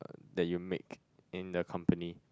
that you make in the company